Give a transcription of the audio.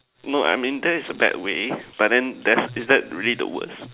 no I mean that is a bad way but then that's is that really the worst